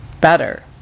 better